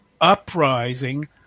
uprising